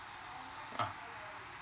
ah